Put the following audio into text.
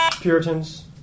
Puritans